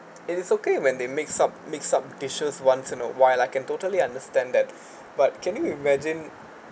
it is okay when they mix up mix up dishes once in a while I can totally understand that but can you imagine